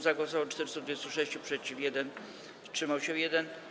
Za głosowało 426, przeciw - 1, wstrzymał się 1.